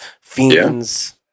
fiends